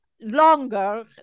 longer